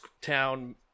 town